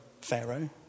Pharaoh